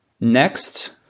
Next